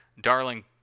Darling